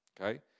Okay